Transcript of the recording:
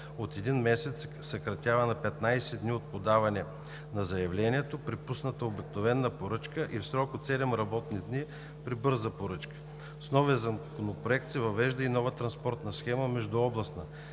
от 1 месец се съкращава на 15 дни от подаване на заявлението при пусната обикновена поръчка и срок от 7 работни дни при бърза поръчка. С новия законопроект се въвежда и нова транспортна схема – междуобластна.